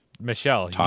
Michelle